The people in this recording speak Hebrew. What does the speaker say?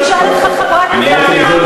תשאל את חברת מפלגתך מירי רגב.